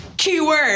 keyword